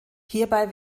hierbei